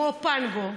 כמו פנגו,